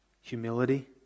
humility